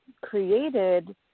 created